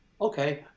Okay